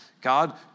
God